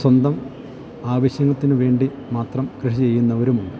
സ്വന്തം ആവശ്യത്തിന് വേണ്ടി മാത്രം കൃഷി ചെയ്യുന്നവരുമുണ്ട്